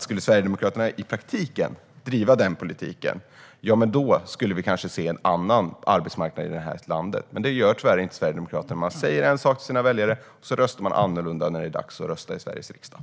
Skulle Sverigedemokraterna i praktiken driva den politiken skulle vi kanske se en annan arbetsmarknad i det här landet. Men tyvärr gör inte Sverigedemokraterna det. De säger en sak till sina väljare men röstar annorlunda när det är dags att rösta i riksdagen.